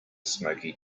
smoky